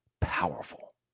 powerful